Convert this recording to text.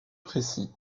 précis